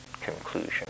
conclusion